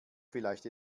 vielleicht